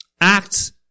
Acts